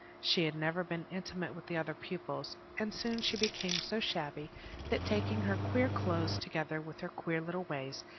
she had never been intimate with the other pupils, and soon she became so shabby that, taking her queer clothes together with her queer little ways,